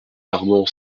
armand